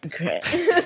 Okay